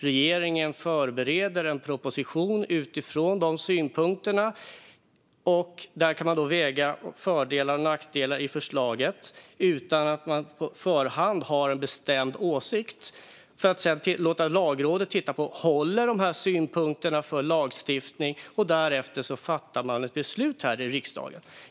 Regeringen förbereder en proposition utifrån dessa synpunkter, där man kan väga fördelar och nackdelar i förslaget utan att man på förhand har en bestämd åsikt, för att sedan låta Lagrådet titta på om synpunkterna håller för lagstiftning. Därefter fattar riksdagen ett beslut om propositionen.